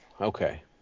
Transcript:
okay